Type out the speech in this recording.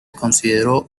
consideró